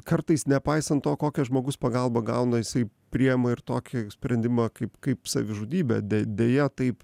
kartais nepaisant to kokią žmogus pagalbą gauna jisai priėma ir tokį sprendimą kaip kaip savižudybė de deja taip